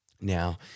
Now